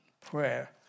prayer